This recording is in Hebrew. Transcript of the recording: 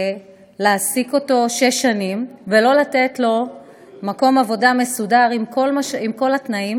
ולהעסיק אותו שש שנים ולא לתת לו מקום עבודה מסודר עם כל התנאים,